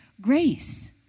grace